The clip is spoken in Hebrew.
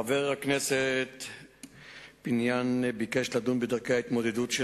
חבר הכנסת פיניאן ביקש לדון בדרכי ההתמודדות של